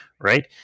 right